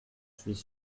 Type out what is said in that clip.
suis